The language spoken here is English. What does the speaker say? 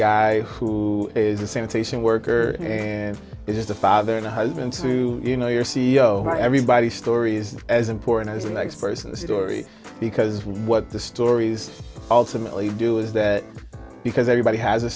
guy who is the sanitation worker and is just a father and a husband to you know you're c e o everybody story is as important as the next person's story because what the stories ultimately do is that because everybody has a